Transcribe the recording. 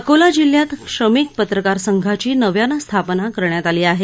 अकोला जिल्ह्यात श्रमिक पत्रकार संघाची नव्यानं स्थापना करण्यात आली आहे